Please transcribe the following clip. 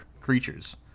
creatures